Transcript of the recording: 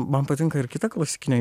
man patinka ir kita klasikinė